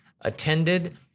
attended